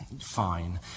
fine